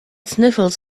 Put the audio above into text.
sniffles